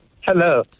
Hello